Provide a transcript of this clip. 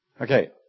Okay